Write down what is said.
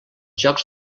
jocs